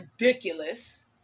ridiculous